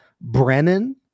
Brennan